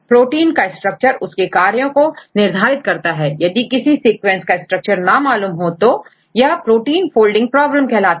protein का structure उसके कार्यों को निर्धारित करता है अतः किसी सीक्वेंस का स्ट्रक्चर ना मालूम हो तो यह प्रोटीन फोल्डिंग प्रॉब्लम कहलाती है